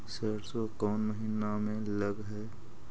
सरसों कोन महिना में लग है?